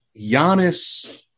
Giannis